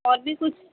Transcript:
اور بھی کچھ